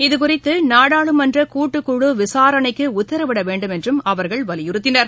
இதுகுறித்துநாடாளுமன்றகூட்டுக்குழுவிசாரணைக்குஉத்தரவிடவேண்டும் என்றும் அவர்கள் வலியுறுத்தினர்